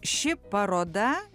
ši paroda